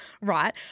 right